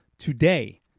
Today